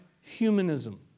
Humanism